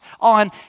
on